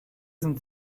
sind